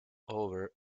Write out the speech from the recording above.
over